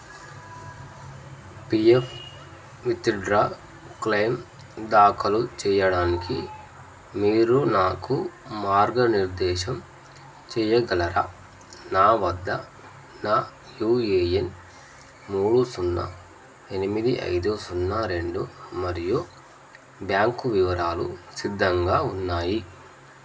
PF withdraw claim దాఖలు చెయ్యడానికి మీరు నాకు మార్గనిర్దేశం చెయ్యగలరా నా వద్ద నా యూఏఎన్ మూడు సున్నా ఎనిమిది ఐదు సున్నా రెండు మరియు బ్యాంకు వివరాలు సిద్ధంగా ఉన్నాయి